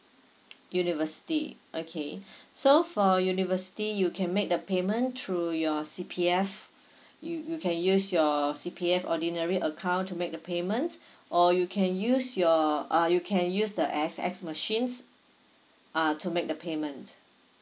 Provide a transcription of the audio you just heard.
university okay so for university you can make the payment through your C_P_F you you can use your C_P_F ordinary account to make the payment or you can use your uh you can use the A_X_S machines uh to make the payment